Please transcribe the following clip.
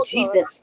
Jesus